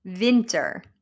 Winter